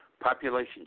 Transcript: population